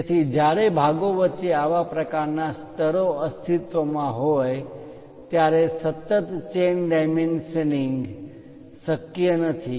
તેથી જ્યારે ભાગો વચ્ચે આવા પ્રકારના સ્તરો અસ્તિત્વમાં હોય ત્યારે સતત ચેન ડાયમેન્શનિંગ chain dimensioning સાંકળ પરિમાણ શક્ય નથી